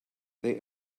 they